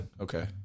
Okay